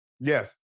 Yes